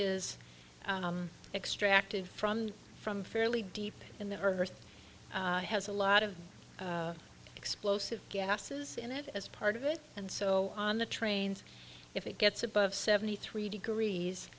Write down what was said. is extracted from from fairly deep in the earth has a lot of explosive gases in it as part of it and so on the trains if it gets above seventy three degrees